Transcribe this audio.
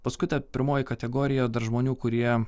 paskui ta pirmoji kategorija dar žmonių kurie